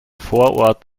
vorort